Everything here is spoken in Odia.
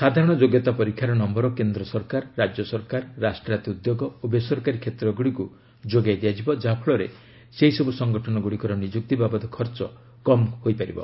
ସାଧାରଣ ଯୋଗ୍ୟତା ପରୀକ୍ଷାର ନମ୍ଘର କେନ୍ଦ୍ର ସରକାର ରାଜ୍ୟ ସରକାର ରାଷ୍ଟ୍ରାୟତ ଉଦ୍ୟୋଗ ଓ ବେସରକାରୀ କ୍ଷେତ୍ରଗୁଡ଼ିକୁ ଯୋଗାଇ ଦିଆଯିବ ଯାହାଫଳରେ ସେହିସବୁ ସଂଗଠନଗୁଡ଼ିକର ନିଯୁକ୍ତି ବାବଦ ଖର୍ଚ୍ଚ କମ୍ କରାଯାଇ ପାରିବ